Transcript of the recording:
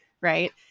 right